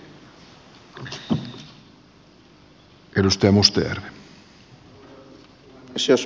arvoisa puhemies